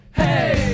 hey